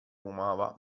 fumava